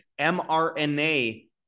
mRNA